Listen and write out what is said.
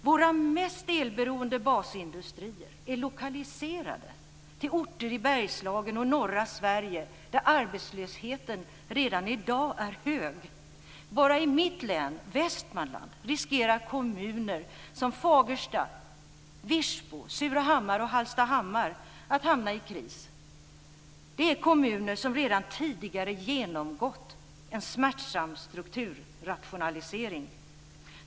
Våra mest elberoende basindustrier är lokaliserade till orter i Bergslagen och norra Sverige, där arbetslösheten redan i dag är hög. Bara i mitt län, Västmanland, riskerar kommuner som Fagersta, Virsbo, Surahammar och Hallstahammar att hamna i kris. Det är kommuner som redan tidigare genomgått en smärtsam strukturrationalisering.